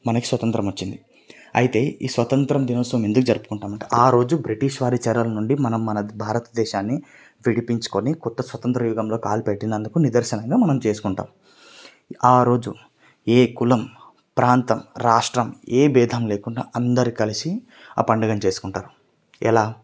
మనకి స్వతంత్రం వచ్చింది అయితే ఈ స్వతంత్రం దినోత్సవం ఎందుకు జరుపుకుంటాము అంటే ఆరోజు బ్రిటిష్ వారి చెర నుండి మనం మన భారతదేశాన్ని విడిపించుకొని కొత్త స్వతంత్ర యుగంలో కాలు పెట్టినందుకు నిదర్శనంగా మనం చేసుకుంటాము ఆరోజు ఏ కులం ప్రాంతం రాష్ట్రం ఏ భేదము లేకుండా అందరూ కలిసి ఆ పండుగని చేసుకుంటారు ఎలా